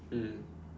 mm